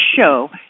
show